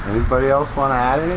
but else want to add